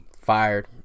fired